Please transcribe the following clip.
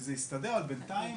שזה יסתדר, אבל בינתיים